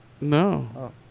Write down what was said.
No